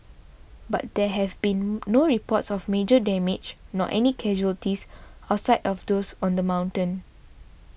but there have been no reports of major damage nor any casualties outside of those on the mountain